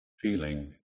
feeling